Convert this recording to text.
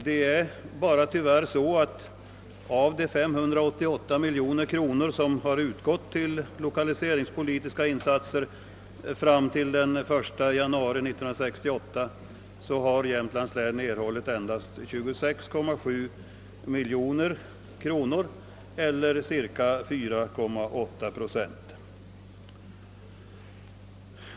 Det är bara tyvärr så att av de 588 miljoner kronor, som utgått till lokaliseringspolitiska insatser fram till den 1 januari 1968, har Jämtlands län endast erhållit 26,7 miljoner kronor eller 4,8 procent.